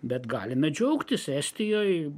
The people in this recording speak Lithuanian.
bet galime džiaugtis estijoj